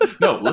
No